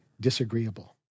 disagreeable